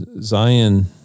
Zion